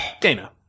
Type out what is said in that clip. Dana